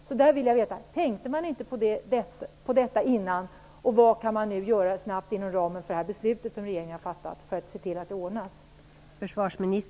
Tänkte man inte på detta innan? Vad kan man nu göra snabbt, inom ramen för det beslut som regeringen har fattat, för att se till att saken ordnas?